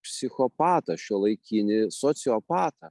psichopatą šiuolaikinį sociopatą